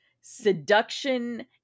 seduction